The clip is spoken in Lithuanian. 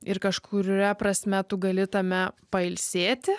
ir kažkuria prasme tu gali tame pailsėti